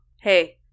Hey